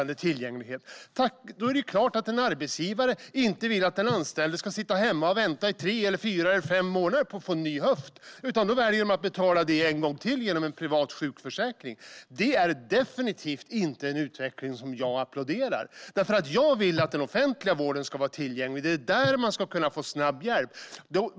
Det är klart att en arbetsgivare inte vill att en anställd ska sitta hemma och vänta i tre, fyra eller fem månader på att få en ny höft, utan då väljer man att betala det en gång till genom en privat sjukförsäkring. Det är definitivt inte en utveckling som jag applåderar, för jag vill att den offentliga vården ska vara tillgänglig. Det är där man ska kunna få snabb hjälp.